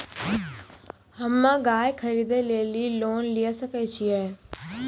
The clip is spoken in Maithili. हम्मे गाय खरीदे लेली लोन लिये सकय छियै?